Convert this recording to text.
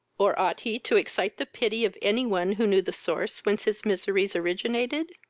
or ought he to excite the pity of any one who knew the source whence his miseries originated?